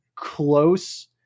close